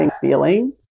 feeling